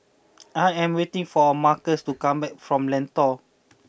I am waiting for Marcus to come back from Lentor